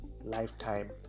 lifetime